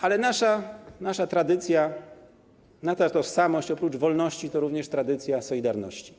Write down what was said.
Ale nasza tradycja, nasza tożsamość oprócz wolności to również tradycja solidarności.